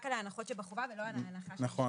על ההנחות שבחובה ולא על ההנחה --- נכון.